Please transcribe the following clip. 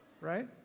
Right